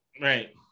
Right